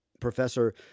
Professor